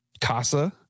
Casa